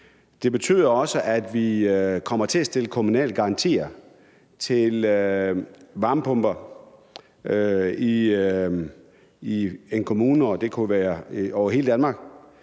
Det betyder også, at vi i en kommune kommer til at stille kommunale garantier til varmepumper. Det kunne være over hele Danmark.